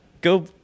go